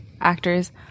actors